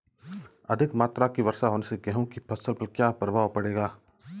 अधिक मात्रा की वर्षा होने से गेहूँ की फसल पर क्या प्रभाव पड़ेगा?